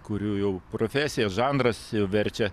kurių jau profesija žanras jau verčia